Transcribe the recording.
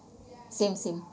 same same